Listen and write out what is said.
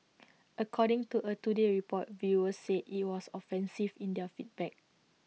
according to A today Report viewers said IT was offensive in their feedback